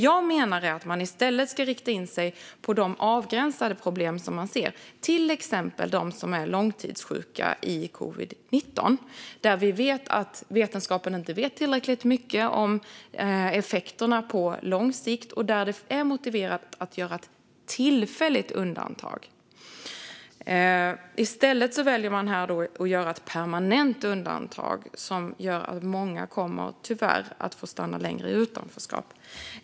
Jag menar att man i stället ska rikta in sig på de avgränsade problem man ser, till exempel de som är långtidssjuka i covid-19. Vi vet att vetenskapen inte vet tillräckligt mycket om effekterna på lång sikt, och det är motiverat att göra ett tillfälligt undantag. I stället väljer man att göra ett permanent undantag, som gör att många tyvärr kommer att få stanna längre i utanförskap.